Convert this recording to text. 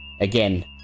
again